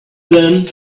then